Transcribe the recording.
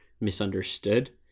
misunderstood